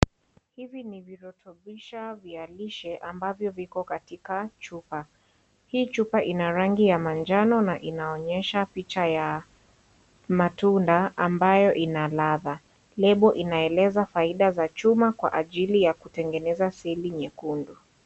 Hivi ni virutubisho vyalishe ambavyo viko katika chupa. Hii chupa inarangi ya manjano na inaonyesha picha ya matunda ambayo inaladha. Lebo inaeleza faida za chuma kwa ajili ya kutengeneza seli nyekundu.